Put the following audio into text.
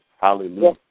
Hallelujah